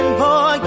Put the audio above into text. boy